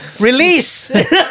release